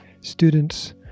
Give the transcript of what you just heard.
students